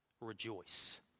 rejoice